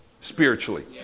spiritually